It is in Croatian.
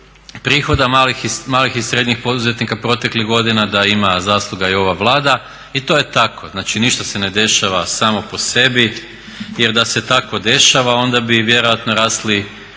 prihoda malih i srednjih poduzetnika proteklih godina, da ima zasluga i ova Vlada. I to je tako, znači ništa se ne dešava samo po sebi jer da se tako dešava onda bi vjerojatno rasli